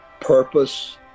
purpose